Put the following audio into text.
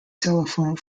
telephone